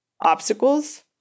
obstacles